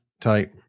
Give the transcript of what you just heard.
type